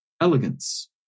elegance